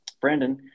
Brandon